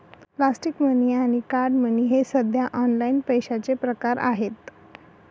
plastic money आणि card money हे सध्या ऑनलाइन पैशाचे प्रकार आहेत